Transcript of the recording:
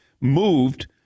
moved